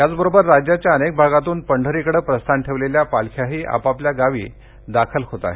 त्याचबरोबर राज्याच्या अनेक भागातून पंढरीकडे प्रस्थान ठेवलेल्या पालख्याही आपापल्या गावी दाखल होत आहेत